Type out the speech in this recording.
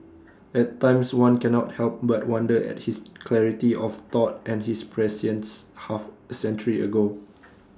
at times one cannot help but wonder at his clarity of thought and his prescience half A century ago